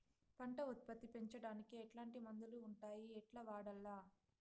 పంట ఉత్పత్తి పెంచడానికి ఎట్లాంటి మందులు ఉండాయి ఎట్లా వాడల్ల?